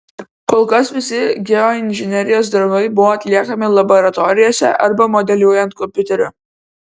kol kas visi geoinžinerijos darbai buvo atliekami laboratorijose arba modeliuojant kompiuteriu